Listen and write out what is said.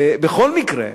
בכל מקרה,